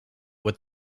what